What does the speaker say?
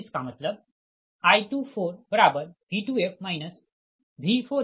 तो V4f00